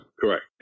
Correct